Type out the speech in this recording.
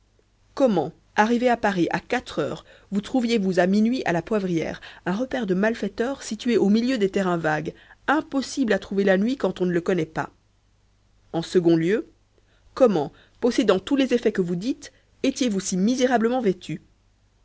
comment arrivé à paris à quatre heures vous trouviez vous à minuit à la poivrière un repaire de malfaiteurs situé au milieu des terrains vagues impossible à trouver la nuit quand on ne le connaît pas en second lieu comment possédant tous les effets que vous dites étiez-vous si misérablement vêtu